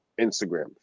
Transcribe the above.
Instagram